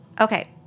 Okay